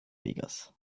vegas